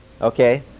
Okay